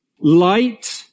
Light